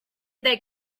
they